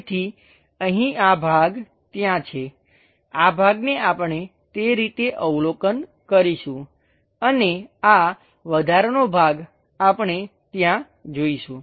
તેથી અહીં આ ભાગ ત્યાં છે આ ભાગને આપણે તે રીતે અવલોકન કરીશું અને આ વધારાનો ભાગ આપણે ત્યાં જોઈશું